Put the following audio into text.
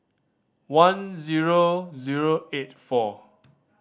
one zero zero eight four